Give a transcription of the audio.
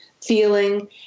feeling